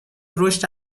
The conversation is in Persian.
رشد